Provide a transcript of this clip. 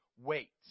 wait